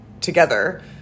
together